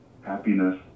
happiness